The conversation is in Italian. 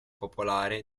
popolare